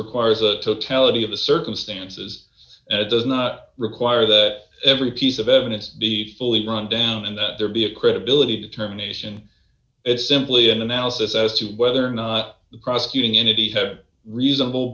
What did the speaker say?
requires a totality of the circumstances at does not require that every piece of evidence be fully run down and that there be a credibility determination it's simply an analysis as to whether or not the prosecuting entity had reasonable